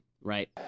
right